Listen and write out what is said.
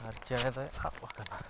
ᱟᱨ ᱪᱮᱬᱮᱫᱚᱭ ᱟᱵ ᱟᱠᱟᱱᱟ